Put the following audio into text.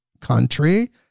Country